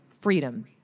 freedom